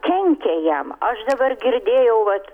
kenkia jam aš dabar girdėjau vat